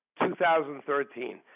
2013